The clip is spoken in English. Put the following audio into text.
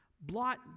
blot